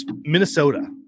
Minnesota